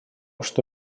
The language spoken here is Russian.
что